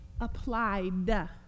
applied